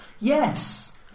Yes